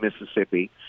Mississippi